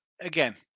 again